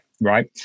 right